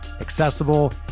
accessible